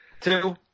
two